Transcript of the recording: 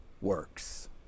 works